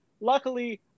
luckily